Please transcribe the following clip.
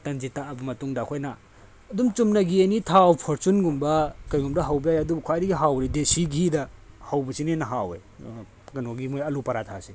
ꯇꯟꯁꯤ ꯇꯛꯑꯕ ꯃꯇꯨꯡꯗ ꯑꯩꯈꯣꯏꯅ ꯑꯗꯨꯝ ꯆꯨꯝꯅꯒꯤ ꯑꯦꯅꯤ ꯊꯥꯎ ꯐꯣꯔꯆꯨꯟꯒꯨꯝꯕ ꯀꯩꯒꯨꯝꯕꯗ ꯍꯧꯕ ꯌꯥꯏ ꯑꯗꯨꯕꯨ ꯈ꯭ꯋꯥꯏꯗꯒꯤ ꯍꯥꯎꯔꯤꯗꯤ ꯗꯦꯁꯤ ꯒꯤꯗ ꯍꯧꯕꯁꯤꯅ ꯍꯦꯟꯅ ꯍꯥꯎꯏ ꯀꯩꯅꯣꯒꯤ ꯃꯣꯏ ꯑꯂꯨ ꯄꯔꯥꯊꯥꯁꯦ